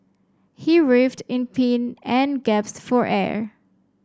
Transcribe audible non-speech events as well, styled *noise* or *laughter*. he writhed in pain and *unintelligible* for air